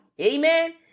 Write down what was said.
Amen